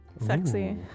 Sexy